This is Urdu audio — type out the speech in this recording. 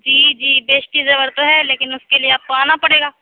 جی جی بہشتی زیور تو ہے لیکن اُس کے لیے آپ کو آنا پڑے گا